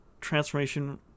transformation